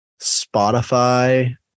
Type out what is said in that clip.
Spotify